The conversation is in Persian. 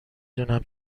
دونم